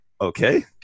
Okay